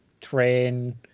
train